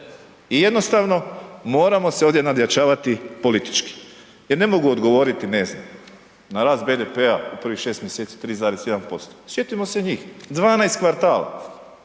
I jednostavno moramo se ovdje nadjačavati politički jer ne mogu odgovoriti, ne znam na rast BDP-a prvih 6 mjeseci 3,1%. Sjetimo se njih, 12 kvartala